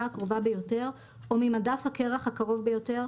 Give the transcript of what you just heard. הקרובה ביותר או ממדף הקרח הקרוב ביותר,